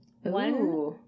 one